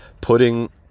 putting